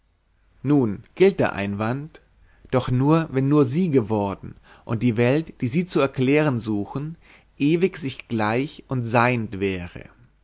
nun gilt der einwand doch nur wenn nur sie geworden und die welt die sie zu erklären suchen ewig sich gleich und seiend wäre